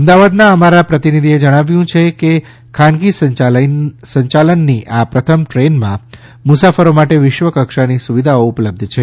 અમદાવાદના અમારા પ્રતિનિધિએ જણાવ્યું કે ખાનગી સંચાલનની આ પ્રથમ ટ્રેનમાં મુસાફરી માટે વિશ્વક્ષાની સુવિધાઓ ઉપલબ્ધ છે